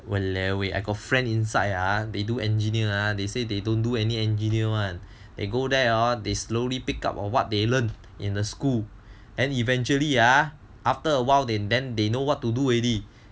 !walaoeh! I got friend inside ah they do engineer ah they say they don't do any engineer [one] they go there hor they slowly picked up on what they learn in the school and eventually ah after a while they then they know what to do already